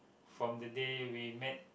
from the day we met